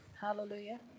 Hallelujah